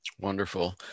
Wonderful